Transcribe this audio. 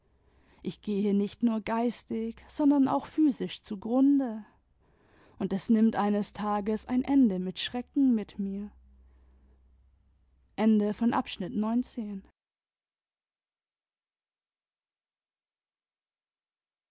ich gehe nicht nur geistig sondern auch physisch zugrunde und es nimmt eines tages ein ende mit schrecken mit mir